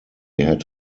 had